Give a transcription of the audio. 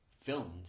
filmed